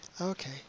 okay